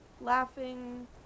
laughing